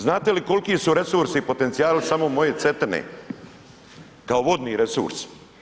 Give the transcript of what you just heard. Znate li koliki su resursi i potencijali samo moje Cetine kao vodni resurs?